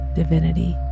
divinity